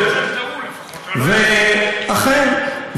יכולים לפחות, אכן.